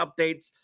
updates